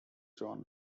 john